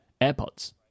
AirPods